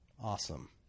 Awesome